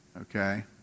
Okay